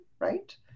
right